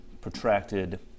protracted